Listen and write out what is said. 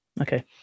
Okay